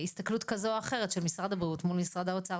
יש כאן גם הרבה הסתכלות כזו או אחרת של משרד הבריאות מול משרד האוצר,